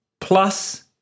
plus